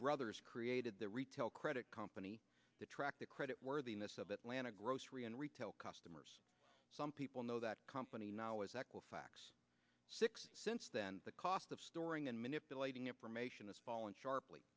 brothers created the retail credit company to track the credit worthiness of atlanta grocery and retail customers some people know that company now is equifax six since then the cost of storing and manipulating information is falling sharply